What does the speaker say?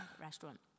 restaurant